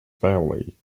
family